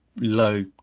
low